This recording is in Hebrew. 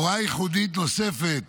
הוראה ייחודית נוספת